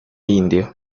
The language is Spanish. indio